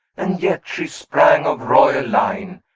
and yet she sprang of royal line,